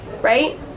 right